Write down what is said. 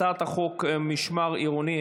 הצעת חוק משמר עירוני,